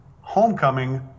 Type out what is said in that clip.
Homecoming